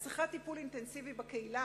את צריכה טיפול אינטנסיבי בקהילה,